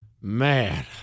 Man